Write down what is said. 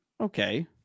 okay